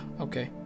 Okay